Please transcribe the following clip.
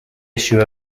issue